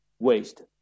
waste